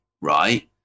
right